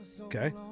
okay